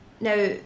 Now